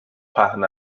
پهن